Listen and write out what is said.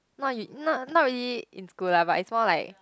not you not not really in school lah but it's more like